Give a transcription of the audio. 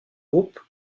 groupe